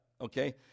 okay